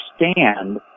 understand